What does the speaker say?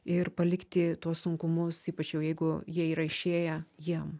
ir palikti tuos sunkumus ypač jau jeigu jie yra išėję jiem